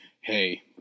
hey